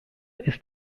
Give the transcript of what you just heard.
ist